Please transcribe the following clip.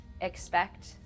expect